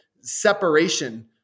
separation